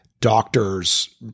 doctors